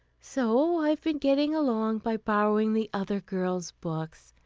so i've been getting along by borrowing the other girls' books.